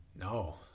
No